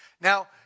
Now